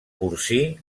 porcí